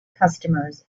customers